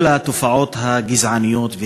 כל התופעות הגזעניות,